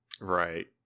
Right